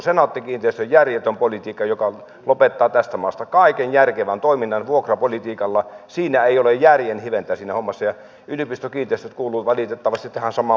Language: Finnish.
senaatti kiinteistöjen järjetön politiikka joka lopettaa tästä maasta kaiken järkevän toiminnan vuokrapolitiikalla siinä hommassa ei ole järjen hiventä ja yliopistokiinteistöt kuuluvat valitettavasti tähän samaan porukkaan